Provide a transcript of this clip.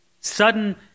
Sudden